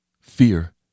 Fear